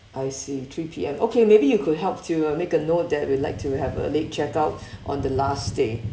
I see three P_M okay maybe you could help to uh make a note that we'd like to have a late check out on the last day